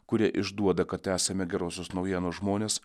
kurie išduoda kad esame gerosios naujienos žmonės